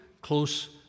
close